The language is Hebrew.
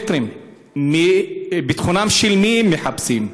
המגנומטרים, את ביטחונם של מי הם מחפשים?